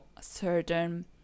certain